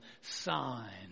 sign